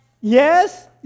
Yes